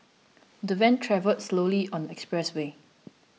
the van travelled slowly on the expressway